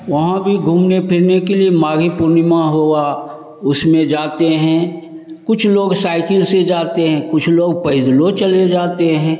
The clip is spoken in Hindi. वहाँ भी घूमने फिरने के लिए माघ पूर्नीमा हुआ उसमें जाते हैं कुछ लोग साइकिल से जाते हैं कुछ लोग पैदल चले जाते हैं